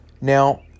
Now